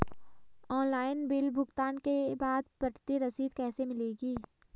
Online bill भुगतान के बाद प्रति रसीद कैसे मिलेगी?